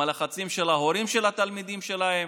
עם הלחצים של ההורים של התלמידים שלהם,